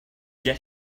get